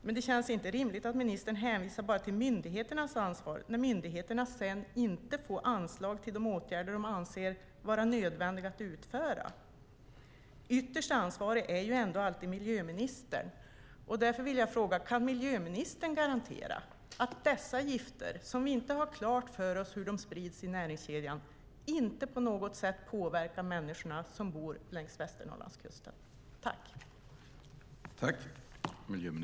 Men det känns inte rimligt att ministern bara hänvisar till myndigheternas ansvar när myndigheterna sedan inte får anslag för de åtgärder som de anser är nödvändiga att utföra. Ytterst ansvarig är ju ändå alltid miljöministern. Därför vill jag fråga: Kan miljöministern garantera att dessa gifter, som vi inte har klart för oss hur de sprids i näringskedjan, inte på något sätt påverkar människorna som bor längs Västernorrlandskusten?